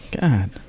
God